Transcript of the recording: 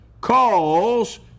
calls